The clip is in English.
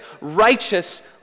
righteous